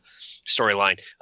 storyline